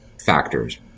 factors